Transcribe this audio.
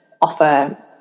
offer